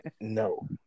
no